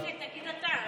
אז הינה, תגיד אתה.